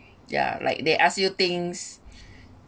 ya like they ask you things